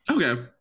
Okay